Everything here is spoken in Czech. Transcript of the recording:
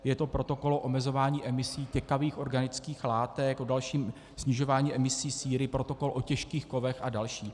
Je to protokol o omezování emisí těkavých organických látek, o dalším snižování emisí síry, protokol o těžkých kovech a další.